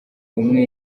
umwe